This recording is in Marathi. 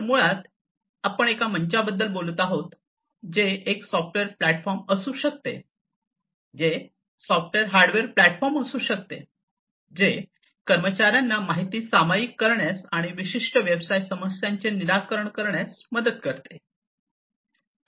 तर मुळात आपण एका मंचाबद्दल बोलत आहोत जे एक सॉफ्टवेअर प्लॅटफॉर्म असू शकते जे सॉफ्टवेअर हार्डवेअर प्लॅटफॉर्म असू शकते जे कर्मचार्यांना माहिती सामायिक करण्यास आणि विशिष्ट व्यवसाय समस्यांचे निराकरण करण्यास मदत करते